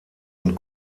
und